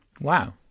Wow